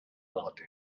note